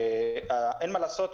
אין מה לעשות,